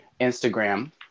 Instagram